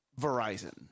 Verizon